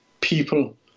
people